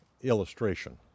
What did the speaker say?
illustration